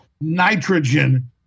nitrogen